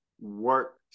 work